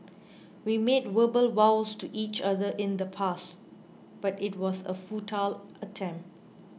we made verbal vows to each other in the past but it was a futile attempt